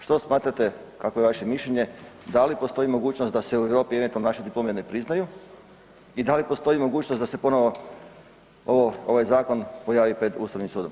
Što smatrate, kakvo je vaše mišljenje, da li postoji mogućnost da se u Europi eventualno naše diplome ne priznaju i da li postoji mogućnost da se ponovo ovo, ovaj zakon pojavi pred Ustavnim sudom?